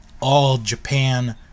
all-japan